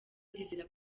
ndizera